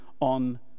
on